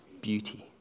beauty